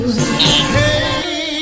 Hey